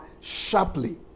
sharply